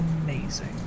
amazing